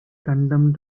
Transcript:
condemned